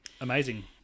Amazing